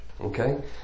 okay